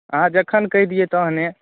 अहाँ जखन कहि दियै तखने